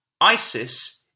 ISIS